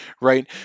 right